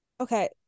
okay